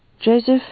Joseph